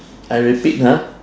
I repeat ha